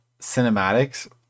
cinematics